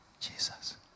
Jesus